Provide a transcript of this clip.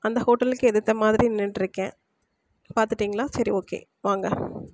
அந்த ஹோட்டலுக்கு எதுர்த்த மாதிரி நின்னுகிட்ருக்கேன் பார்த்துட்டிங்களா சரி ஓகே வாங்க